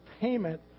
payment